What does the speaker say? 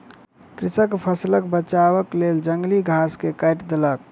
कृषक फसिलक बचावक लेल जंगली घास के काइट देलक